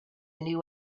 new